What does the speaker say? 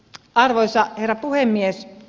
arvoisa herra puhemies